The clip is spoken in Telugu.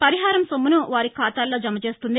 పరిహారం సొమ్మును వారి ఖాతాల్లో జమ చేస్తుంది